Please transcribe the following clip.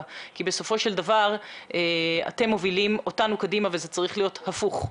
כי בסופו של דבר אתם מובילים אותנו קדימה למרות שזה צריך להיות הפוך.